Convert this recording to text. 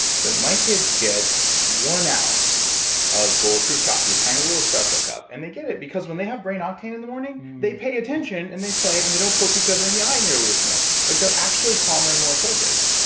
so my kids get one ounce of bulletproof coffee, a tiny little espresso cup, and they get it because when they have brain octane in the morning, they pay attention, and they play, and they don't poke each other in the eye nearly as much. like they're actually calmer and more focused.